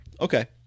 Okay